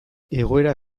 egoera